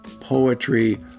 poetry